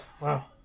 Wow